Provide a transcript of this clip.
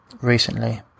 recently